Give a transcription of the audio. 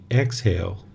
exhale